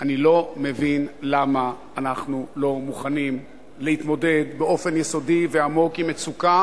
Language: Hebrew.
אני לא מבין למה אנחנו לא מוכנים להתמודד באופן יסודי ועמוק עם המצוקה